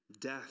Death